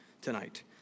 tonight